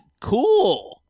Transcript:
cool